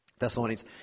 Thessalonians